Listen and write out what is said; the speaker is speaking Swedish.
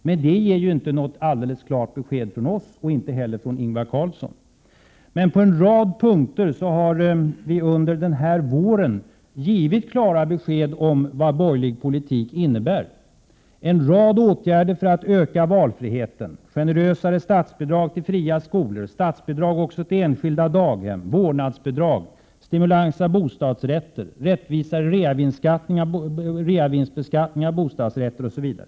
Men det ger inte något alldeles klart besked från oss och inte heller från Ingvar Carlsson. På en rad punkter har vi under denna vår givit klara besked om vad borgerlig politik innebär. Det är en rad åtgärder för att öka valfriheten, generösare statsbidrag till fria skolor, statsbidrag också till enskilda daghem, vårdnadsbidrag, stimulanser av bostadsrätter, rättvisare reavinstbeskattning av bostadsrätter, osv.